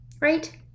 right